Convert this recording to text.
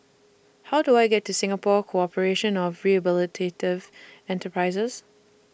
How Do I get to Singapore Corporation of Rehabilitative Enterprises